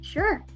Sure